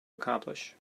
accomplish